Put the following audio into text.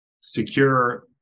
secure